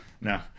no